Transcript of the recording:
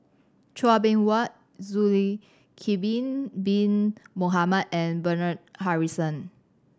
Chua Beng Huat Bin Bin Mohamed and Bernard Harrison